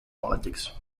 politics